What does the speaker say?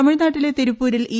തമിഴ്നാട്ടിലെ തിരുപ്പൂരിൽ ഇ